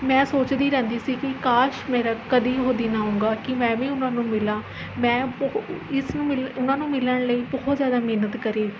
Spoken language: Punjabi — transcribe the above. ਮੈਂ ਸੋਚਦੀ ਰਹਿੰਦੀ ਸੀ ਕਿ ਕਾਸ਼ ਮੇਰਾ ਕਦੀ ਉਹ ਦਿਨ ਆਊਗਾ ਕਿ ਮੈਂ ਵੀ ਉਹਨਾਂ ਨੂੰ ਮਿਲਾ ਮੈਂ ਇਸ ਨੂੰ ਮਿਲ ਉਹਨਾਂ ਨੂੰ ਮਿਲਣ ਲਈ ਬਹੁਤ ਜ਼ਿਆਦਾ ਮਿਹਨਤ ਕਰੀ